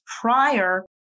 prior